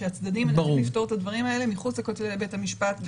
שהצדדים יוכלו את הדברים האלה מחוץ לכותלי בית המשפט,